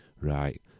Right